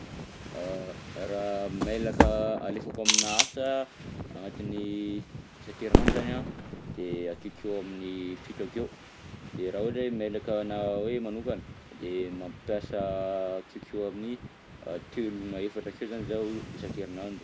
Raha mailaka alefako aminà asa, agnatin'ny isan-kerinandro zany an, de akeokeo amin'ny fito akeo, de raha ohatra hoe mailaka anah hoe manokana de mampiasa akeokeo amin'ny a telo na efatra akeo zany zaho isan-kerinandro.